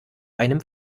einem